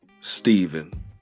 Stephen